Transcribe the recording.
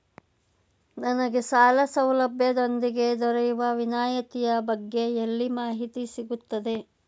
ನನಗೆ ಸಾಲ ಸೌಲಭ್ಯದೊಂದಿಗೆ ದೊರೆಯುವ ವಿನಾಯತಿಯ ಬಗ್ಗೆ ಎಲ್ಲಿ ಮಾಹಿತಿ ಸಿಗುತ್ತದೆ?